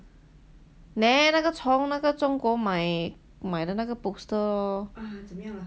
那个从那个中国买的那个 poster lor